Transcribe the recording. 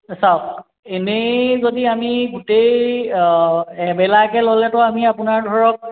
চাওক এনেই যদি আমি গোটেই এবেলাকৈ ল'লেতো আমি আপোনাৰ ধৰক